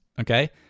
okay